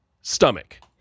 stomach